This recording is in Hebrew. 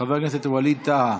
חבר הכנסת ווליד טאהא,